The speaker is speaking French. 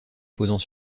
posant